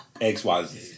XYZ